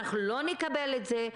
אנחנו לא נקבל את זה,